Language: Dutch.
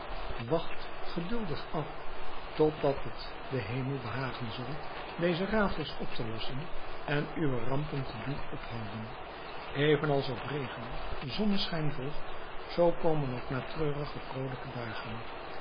wacht geduldig af tot dat het den hemel behagen zal deze raadsels op te lossen en uwe rampen te doen ophouden even als op regen zonneschijn volgt zoo komen ook na treurige vrolijke dagen